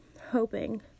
hoping